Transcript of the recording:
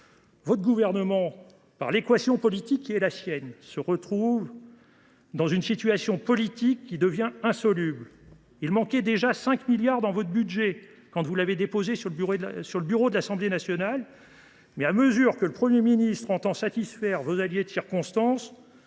votre gouvernement, en raison de son équation politique, se retrouve dans une situation politique insoluble. Il manquait déjà 5 milliards d’euros dans votre budget quand vous l’avez déposé sur le bureau de l’Assemblée nationale, mais, à mesure que le Premier ministre entend satisfaire vos alliés de circonstance,